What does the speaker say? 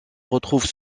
retrouve